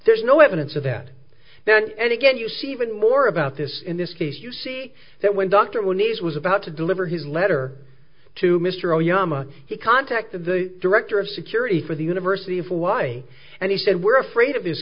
there's no evidence of that now and again you see even more about this in this case you see that when dr needs was about to deliver his letter to mr oyama he contacted the director of security for the university of hawaii and he said we're afraid of this